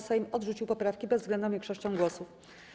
Sejm odrzucił poprawki bezwzględną większością głosów.